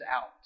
out